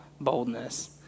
boldness